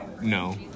No